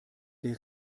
der